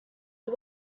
but